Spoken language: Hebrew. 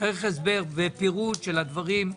ופירוט של הדברים.